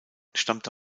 stammte